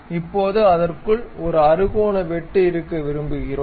இப்போது அதற்குள் ஒரு அறுகோண வெட்டு இருக்க விரும்புகிறோம்